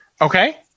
Okay